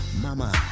Mama